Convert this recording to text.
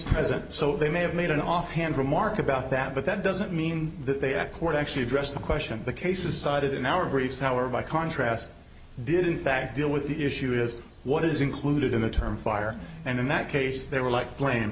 present so they may have made an offhand remark about that but that doesn't mean that they have court actually addressed the question of the cases cited in our briefs however by contrast did in fact deal with the issue is what is included in the term fire and in that case there were like cla